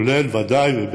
כולל ודאי,